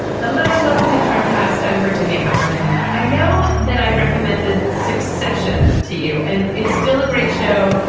hello and welcome to trump cast. i'm virginia heffernan. i know that i recommended succession to you and it's still a great show.